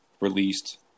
released